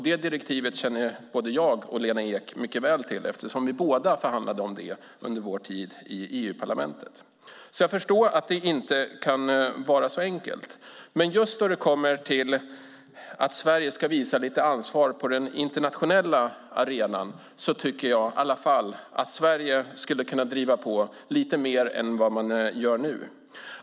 Det direktivet känner både jag och Lena Ek mycket väl till eftersom vi båda förhandlade om det under vår tid i EU-parlamentet. Jag förstår att det inte kan vara enkelt, men just då det kommer till att Sverige ska visa lite ansvar på den internationella arenan tycker jag i alla fall att Sverige skulle kunna driva på lite mer än vad man gör nu.